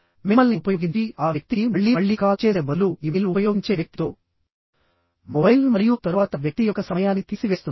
మిమ్మల్ని ఉపయోగించి ఆ వ్యక్తికి మళ్లీ మళ్లీ కాల్ చేసే బదులు ఇమెయిల్ ఉపయోగించే వ్యక్తితో మొబైల్ మరియు తరువాత వ్యక్తి యొక్క సమయాన్ని తీసివేస్తుంది